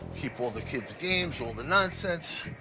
keep all the kids' games, all the nonsense.